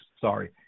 Sorry